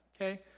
okay